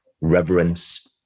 reverence